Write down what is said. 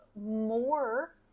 more